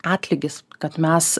atlygis kad mes